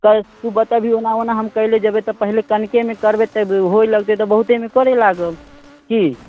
कै तू बतेबिही ओना ओना हम कयने जेबै तऽ पहिले कनिकेमे करबै हुअ लगतै तऽ बहुतेमे करय लागब की